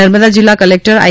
નર્મદા જિલ્લા ક્લેક્ટર આઈ